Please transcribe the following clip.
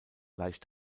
leicht